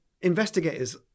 investigators